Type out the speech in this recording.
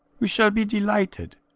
we shall be delighted.